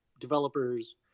developers